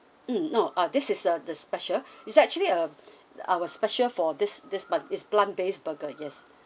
mm no uh this is uh the special it's actually um our special for this this month is plant based burger yes